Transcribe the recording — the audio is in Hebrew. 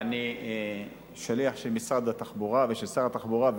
אני שליח של משרד התחבורה ושל שר התחבורה,